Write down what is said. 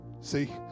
See